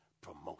promotion